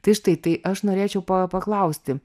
tai štai tai aš norėčiau pa paklausti